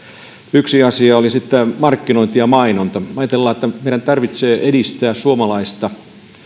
yksi asia oli sitten markkinointi ja mainonta ajatellaan että meidän tarvitsee edistää suomalaista